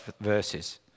verses